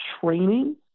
training